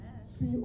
See